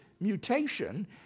mutation